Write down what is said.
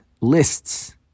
lists